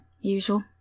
usual